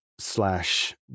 slash